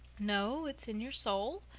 no, it's in your soul,